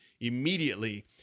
immediately